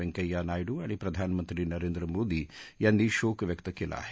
व्यंक्छा नायडू आणि प्रधानमंत्री नरेंद्र मोदी यांनी शोक व्यक्त केला आहे